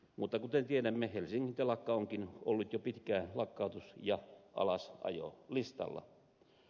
mutta kuten tiedämme helsingin telakka onkin ollut jo pitkään lakkautus ja alasajolistalla